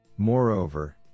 Moreover